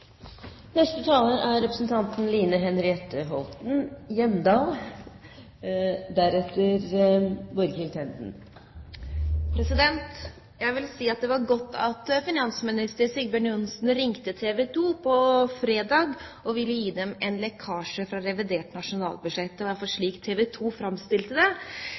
var godt at finansminister Sigbjørn Johnsen ringte TV 2 på fredag og ville gi dem en lekkasje fra revidert nasjonalbudsjett – det var i hvert fall slik TV 2 framstilte det.